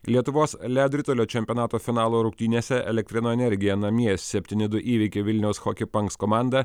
lietuvos ledo ritulio čempionato finalo rungtynėse elektrėnų energija namie septyni du įveikė vilniaus hockey punks komandą